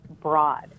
broad